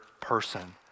person